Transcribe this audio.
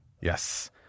Yes